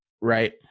Right